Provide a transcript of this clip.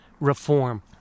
reform